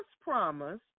promise